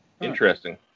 Interesting